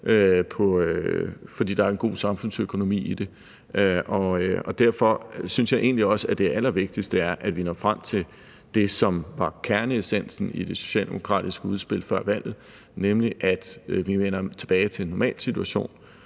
fordi der er en god samfundsøkonomi i det. Derfor synes jeg egentlig også, at det allervigtigste er, at vi når frem til det, som var kerneessensen i det socialdemokratiske udspil før valget, nemlig at vi vender tilbage til en normalsituation,